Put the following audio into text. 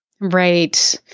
Right